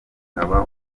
ukaba